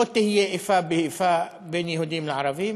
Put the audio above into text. לא תהיה איפה ואיפה בין יהודים לערבים,